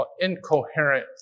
incoherent